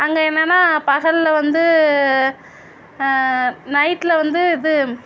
அங்கே என்னன்னா பகலில் வந்து நைட்டில் வந்து இது